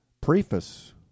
preface